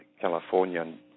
California